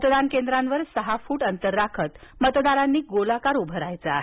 मतदान केंद्रांवर सहा फूट अंतर राखत मतदारांनी गोलाकार उभं राहायचं आहे